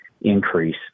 increase